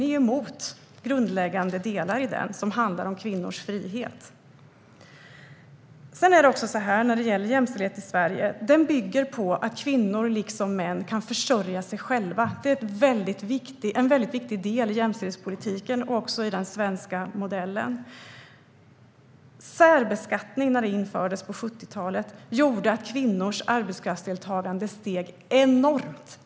Ni är emot grundläggande delar i den som handlar om kvinnors frihet. Jämställdhet i Sverige bygger på att kvinnor liksom män kan försörja sig själva. Det är en väldigt viktig del i jämställdhetspolitiken och också i den svenska modellen. När särbeskattning infördes på 70-talet gjorde den att kvinnors arbetskraftsdeltagande steg enormt.